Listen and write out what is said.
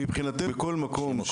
מבחינתנו בכל מקום,